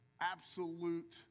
absolute